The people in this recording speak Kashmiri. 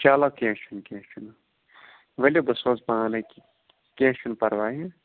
چلو کیٚنٛہہ چھُنہٕ کیٚنٛہہ چھُنہٕ ؤلِو بہٕ سوزٕ پانَے کیٚنٛہہ چھُنہٕ پرواے